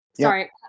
Sorry